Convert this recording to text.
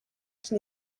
qui